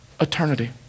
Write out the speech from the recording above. eternity